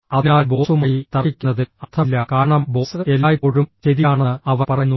അതിനാൽ ബോസുമായി തർക്കിക്കുന്നതിൽ അർത്ഥമില്ല കാരണം ബോസ് എല്ലായ്പ്പോഴും ശരിയാണെന്ന് അവർ പറയുന്നു